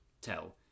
tell